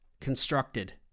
constructed